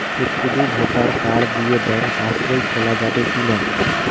শুধু voter card দিয়ে bank pass বই খোলা যাবে কিনা?